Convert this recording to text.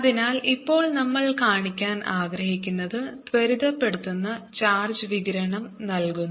അതിനാൽ ഇപ്പോൾ നമ്മൾ കാണിക്കാൻ ആഗ്രഹിക്കുന്നത് ത്വരിതപ്പെടുത്തുന്ന ചാർജ് വികിരണം നൽകുന്നു